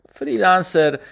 freelancer